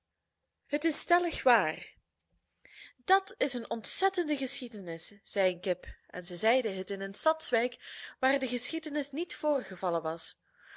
het is stellig waar dat is een ontzettende geschiedenis zei een kip en zij zeide het in een stadswijk waar de geschiedenis niet voorgevallen was